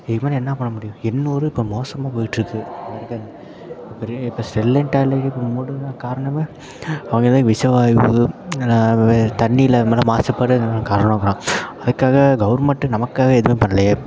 இதுக்கு மேலே என்ன பண்ண முடியும் எண்ணூறு இப்போ மோசமாக போய்கிட்ருக்கு இப்போ ரீ இப்போ செலெண்ட் ஆலையை இப்போ மூடின காரணமே அவங்க ஏதோ விஷ வாய்வு வே தண்ணியில் இது மாதிரிலாம் மாசுபாடு இது மாதிரி காரணமாக தான் அதுக்காக கவர்மெண்ட்டு நமக்காக எதுவுமே பண்ணலயே